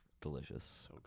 Delicious